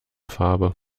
farbe